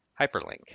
Hyperlink